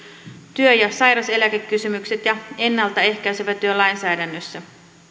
työ ja sairaseläkekysymykset ja ennalta ehkäisevä työ lainsäädännössä